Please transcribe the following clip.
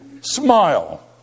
Smile